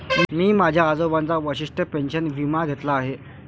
मी माझ्या आजोबांचा वशिष्ठ पेन्शन विमा घेतला आहे